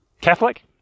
Catholic